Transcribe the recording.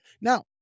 Now